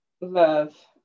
love